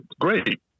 great